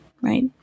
right